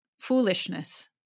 foolishness